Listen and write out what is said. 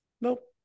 Nope